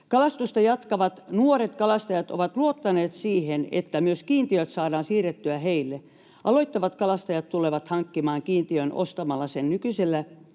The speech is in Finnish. Kalastusta jatkavat nuoret kalastajat ovat luottaneet siihen, että myös kiintiöt saadaan siirrettyä heille. Aloittavat kalastajat tulevat hankkimaan kiintiön ostamalla sen nykyisiltä